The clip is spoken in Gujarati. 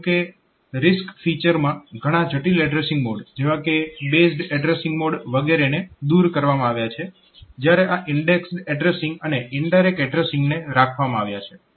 જેમ કે આ RISC ફીચર માં ઘણા જટીલ એડ્રેસીંગ મોડ જેવા કે બેઝડ ઈન્ડેક્સ્ડ મોડ વગેરેને દૂર કરવામાં આવ્યા છે જ્યારે આ ઈન્ડેક્સ્ડ એડ્રેસીંગ અને ઇનડાયરેક્ટ એડ્રેસીંગને રાખવામાં આવ્યા છે